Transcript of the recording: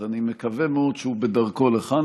אז אני מקווה מאוד שהוא בדרכו לכאן,